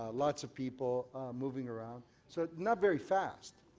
lots of people moving around. so not very fast.